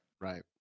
Right